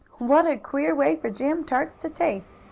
what a queer way for jam tarts to taste!